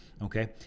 Okay